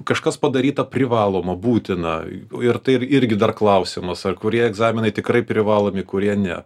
kažkas padaryta privaloma būtina ir tai ir irgi dar klausimas ar kurie egzaminai tikrai privalomi kurie ne